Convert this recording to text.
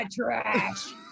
trash